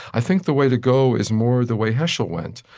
i think the way to go is more the way heschel went,